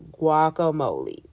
guacamole